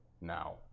Now